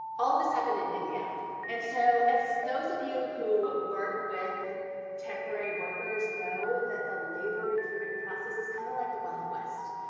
all this happened in india and so those of you who work with temporary workers know that the labor recruiting process is kind of like the wild west.